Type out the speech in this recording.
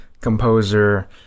composer